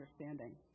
understanding